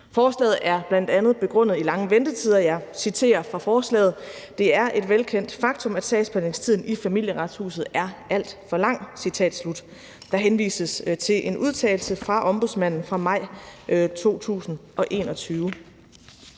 Forslaget er bl.a. begrundet i lange ventetider, og jeg citerer fra forslaget: »Det er et velkendt faktum, at sagsbehandlingstiden i Familieretshuset er alt for lang«. Der henvises til en udtalelse fra Ombudsmanden fra maj 2021.